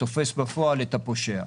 את הפושע.